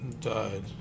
died